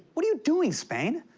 what are you doing, spain?